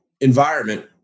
environment